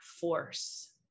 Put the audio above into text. force